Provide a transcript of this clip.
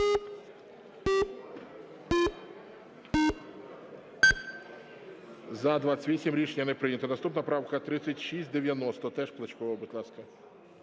За-28 Рішення не прийнято. Наступна правка – 3690, теж Плачкова. Будь ласка.